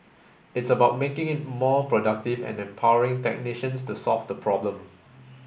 it's about making it more productive and empowering technicians to solve the problem